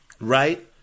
right